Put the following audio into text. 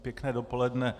Pěkné dopoledne.